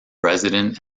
resident